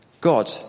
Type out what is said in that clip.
god